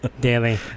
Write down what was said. Daily